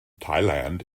thailand